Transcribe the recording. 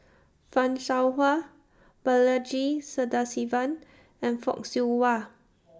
fan Shao Hua Balaji Sadasivan and Fock Siew Wah